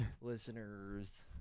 Listeners